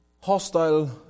hostile